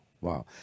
wow